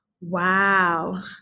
Wow